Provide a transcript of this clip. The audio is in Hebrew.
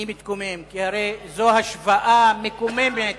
אני מתקומם, כי הרי זו השוואה מקוממת